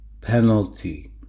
penalty